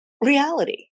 reality